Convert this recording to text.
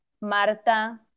Marta